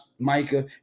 Micah